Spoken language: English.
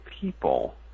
people